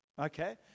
okay